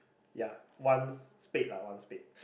ya one spade lah one spade